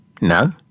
No